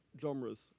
genres